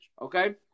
Okay